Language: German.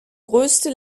größte